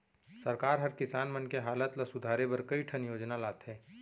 सरकार हर किसान मन के हालत ल सुधारे बर कई ठन योजना लाथे